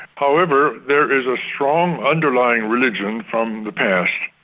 however, there is a strong underlying religion from the past,